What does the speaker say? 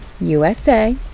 USA